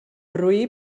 roí